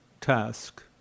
task